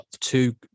two